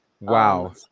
Wow